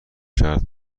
شرط